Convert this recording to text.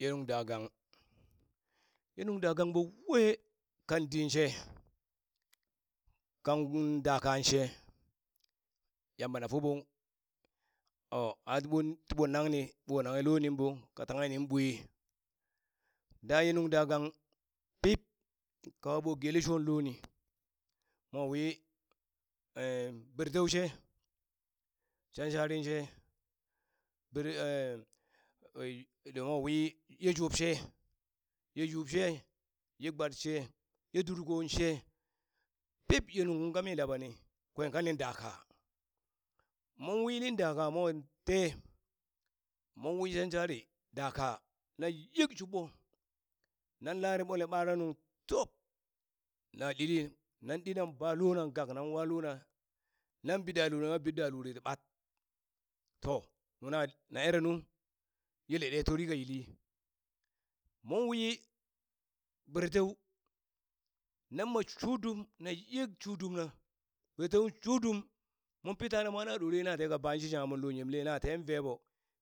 Ye nung da gang ye da gang ɓo we, kan din she kan wo dakan she, Yamba n fobo o atiɓo tiɓo nangni ɓo nanghe loo niŋ ɓo ka tanghe nin ɓoe, daye nung dagang pib kawa ɓo gelle sho loni mowi bereteu she shansharin she bere uu mowi ye jub she, ye yub she, ye gbat she ye durkon she pip ye nunghuŋ kami dabani kwen kanin daka mon wilin daka mo te mon wi shanshari daka na yik shuɓɓo nan lare ɗwele ɓaranung top na ɗili, nan ɗi nan ba lonan gak nan walona nan bi da lurina mwan bir da luri ti ɓat to nuna na erenu yele ɗe toɗi ka yili mon wi bereteu nan ma shu dum na yik shudumna beretue shu dum mon pitana mwa na ɗore na teka baan shangha monlo yemle na ten ve ɓo